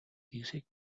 music